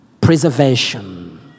Preservation